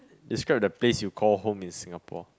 describe the place you call home in Singapore